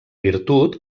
virtut